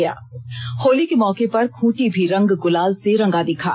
पावन पर्व होली के मौके पर खूंटी भी रंग गुलाल से रंगा दिखा